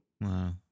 Wow